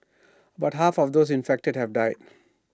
about half of those infected have died